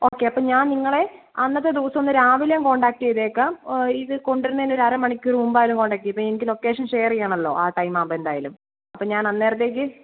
okay അപ്പം ഞാൻ നിങ്ങളെ അന്നത്തെ ദിവസം ഒന്ന് രാവിലെയും കോണ്ടാക്റ്റ് ചെയ്തേക്കാം ഇത് കൊണ്ടുവരുന്നതിൻ്റെ ഒരു അര മണിക്കൂർ മുമ്പായാലും കോണ്ടാക്റ്റ് ചെയ്യാം ഇപ്പം എനിക്ക് ലൊക്കേഷൻ ഷെയർ ചെയ്യണമല്ലോ ആ ടൈം ആകുമ്പോൾ എന്തായാലും അപ്പം ഞാൻ അന്നേരത്തേക്ക്